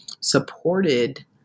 supported